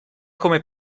come